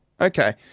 Okay